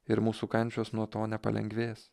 ir mūsų kančios nuo to nepalengvės